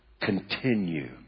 Continue